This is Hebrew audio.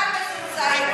כולנו מזועזעים.